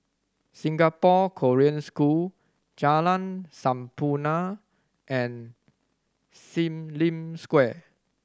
Singapore Korean School Jalan Sampurna and Sim Lim Square